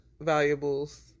valuables